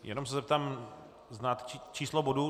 Jenom se zeptám znáte číslo bodu?